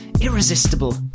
Irresistible